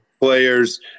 players